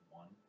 one